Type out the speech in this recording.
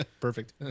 perfect